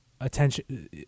attention –